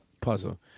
puzzle